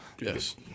Yes